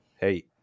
Hey